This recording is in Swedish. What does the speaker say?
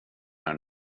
här